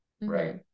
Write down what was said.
right